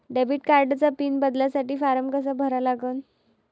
Debit कार्डचा PIN बदलासाठी form कसा भरा लागन?